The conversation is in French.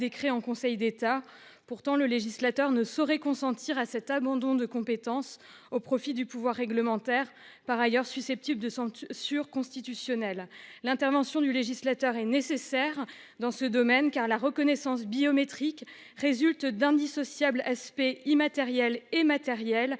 décret en Conseil d'État. Pourtant, le législateur ne saurait consentir à cet abandon de compétence au profit du pouvoir réglementaire, par ailleurs susceptible de censure constitutionnelle. L'intervention du législateur est nécessaire dans ce domaine, car la reconnaissance biométrique résulte d'indissociables aspects immatériels et matériels.